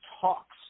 talks